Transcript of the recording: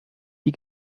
die